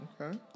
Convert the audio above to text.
Okay